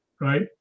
right